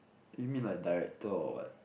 give me like director or what